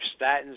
statins